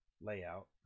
layout